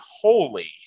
holy